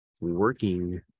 working